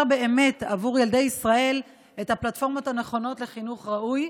באמת עבור ילדי ישראל את הפלטפורמות הנכונות לחינוך ראוי,